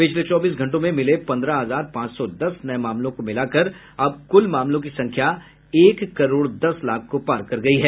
पिछले चौबीस घंटों में मिले पंद्रह हजार पांच सौ दस नये मामलों को मिलाकर अब कुल मामलों की संख्या एक करोड़ दस लाख को पार कर गई है